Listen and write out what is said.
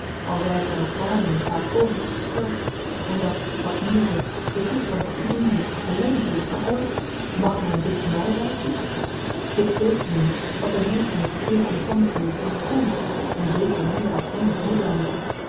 verstaan al zy t dan ook dààrmee vaak povertjes gesteld en dat wat meer zegt de toestand in indiën ellendiger is dan ooit mag men dit my wyten ik deed meen ik wat n mensch in de gegeven omstandigheden doen kn en zeker meer dan eenig nederlander